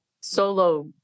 solo